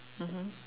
mmhmm